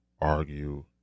argue